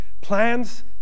Plans